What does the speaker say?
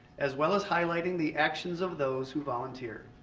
as well as highlighting the actions of those who volunteer.